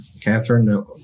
Catherine